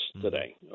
today